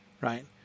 right